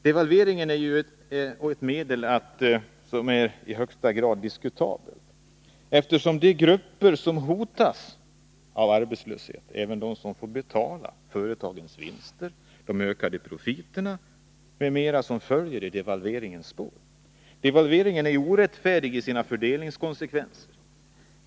Devalvering är ett medel som är i högsta grad diskutabelt, eftersom de grupper som hotas av arbetslöshet är de som får betala företagens vinster, de ökade profiterna m.m., som följer i devalveringens spår. Devalveringen är orättfärdig genom sina fördelningskonsekvenser.